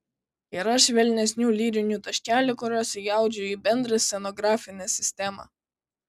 yra švelnesnių lyrinių taškelių kuriuos įaudžiu į bendrą scenografinę sistemą